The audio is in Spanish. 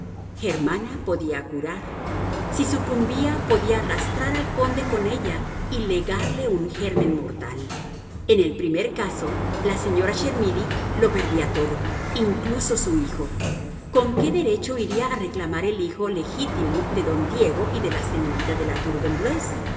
germana podía curar si sucumbía podía arrastrar al conde con ella y legarle un germen mortal en el primer caso la señora chermidy lo perdía todo incluso su hijo con qué derecho iría a reclamar el hijo legítimo de don diego y de la señorita de